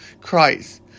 Christ